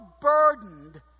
burdened